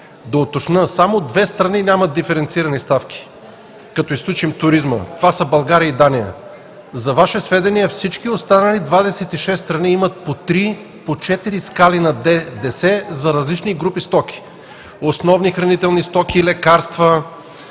да уточня: само две страни нямат диференцирани ставки, като изключим туризма – това са България и Дания. За Ваше сведение всички останали 26 страни имат по три, по четири скали на ДДС за различни групи стоки: основни хранителни стоки, лекарства,